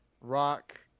rock